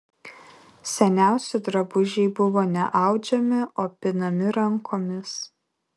seniausi drabužiai buvo ne audžiami o pinami rankomis